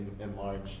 enlarged